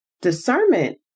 Discernment